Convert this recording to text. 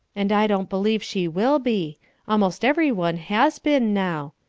and i don't believe she will be almost everyone has been now.